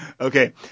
Okay